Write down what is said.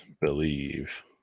believe